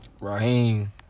Raheem